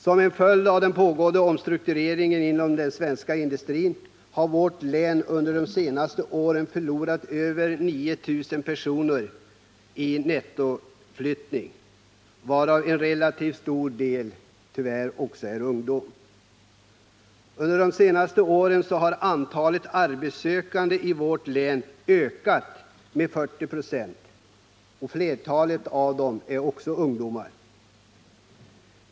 Som en följd av den pågående omstruktureringen inom den svenska industrin har vårt län under de senaste åren förlorat över 9 000 personer i nettoflyttning, varav en relativt stor del är ungdom. Under de senaste åren har antalet arbetssökande i länet ökat med 40 96, och av dessa är flertalet ungdomar.